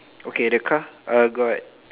okay the car uh got